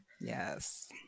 yes